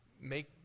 make